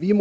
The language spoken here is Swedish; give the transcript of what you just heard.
Vi